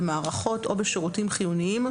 במערכות או בשירותים חיוניים,